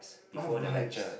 what vibes